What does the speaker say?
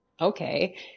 okay